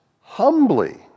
humbly